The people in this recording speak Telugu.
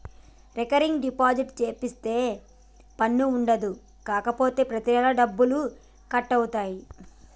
రికరింగ్ డిపాజిట్ సేపిత్తే పన్ను ఉండదు కాపోతే ప్రతి నెలా డబ్బులు కట్ అవుతాయి